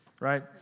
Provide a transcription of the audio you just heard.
right